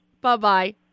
Bye-bye